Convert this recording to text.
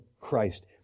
Christ